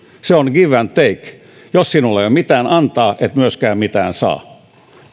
se on give and take jos sinulla ei ole mitään antaa et myöskään mitään saa